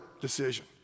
decision